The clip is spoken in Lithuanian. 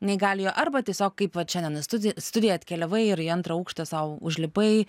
neįgaliojo arba tiesiog kaip vat šiandien į studi studiją atkeliavai ir į antrą aukštą sau užlipai